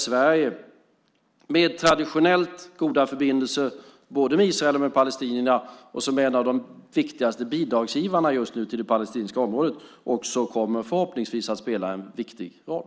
Sverige som traditionellt har goda förbindelser både med Israel och med palestinierna och som just nu är en av de viktigaste bidragsgivarna till det palestinska området kommer förhoppningsvis också att spela en viktig roll.